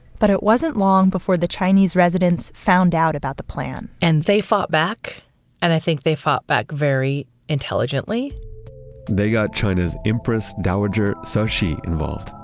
but it wasn't long before the chinese residents found out about the plan and they fought back and i think they fought back very intelligently they got china's empress dowager so cixi involved.